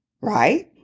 right